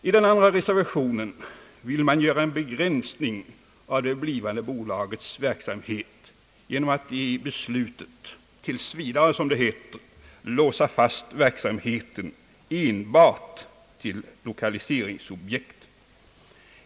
I den andra reservationen vill man göra en begränsning av det blivande bolagets verksamhet genom att i beslutet tills vidare låsa fast verksamheten enbart till lokaliseringsobjekt.